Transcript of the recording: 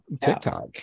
TikTok